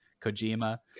Kojima